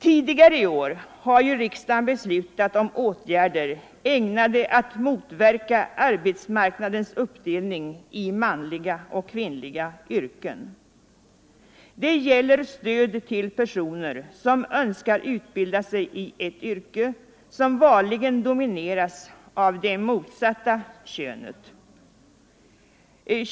Tidigare i år har ju riksdagen beslutat om åtgärder ägnade att motverka arbetsmarknadens uppdelning i manliga och kvinnliga yrken. Det gäller stöd till personer som önskar utbilda sig i ett yrke som vanligen domineras av det motsatta könet.